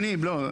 לא, אדוני, לא.